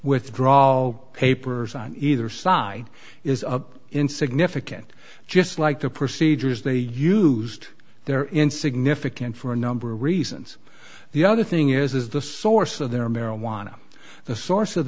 withdraw all papers on either side is up in significant just like the procedures they used there in significant for a number of reasons the other thing is the source of their marijuana the source of